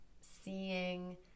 seeing